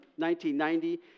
1990